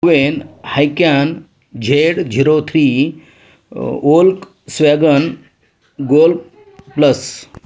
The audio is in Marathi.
मेन हायक्यान Z zero three Volkswagen Golf plus